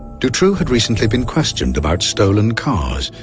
dutroux had recently been questioned about stolen cars,